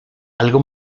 algo